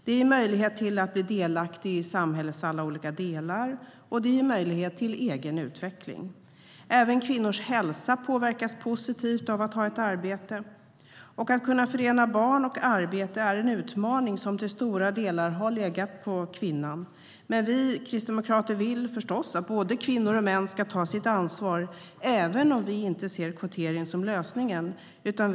Det ger möjlighet att bli delaktig i samhällets olika delar, och det ger möjlighet till egen utveckling. Även kvinnors hälsa påverkas positivt av att ha ett arbete. Att förena barn och arbete är en utmaning som till stora delar har legat på kvinnan. Men vi kristdemokrater vill förstås att både kvinnor och män ska ta sitt ansvar, även om vi inte ser kvotering som lösningen.